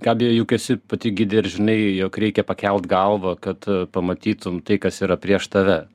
gabija juk esi pati gidė ir žinai jog reikia pakelt galvą kad pamatytum tai kas yra prieš tave